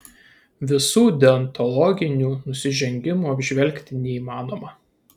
visų deontologinių nusižengimų apžvelgti neįmanoma